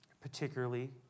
particularly